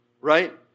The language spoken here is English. right